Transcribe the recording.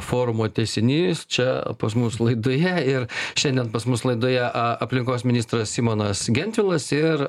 forumo tęsinys čia pas mus laidoje ir šiandien pas mus laidoje a aplinkos ministras simonas gentvilas ir